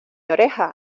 oreja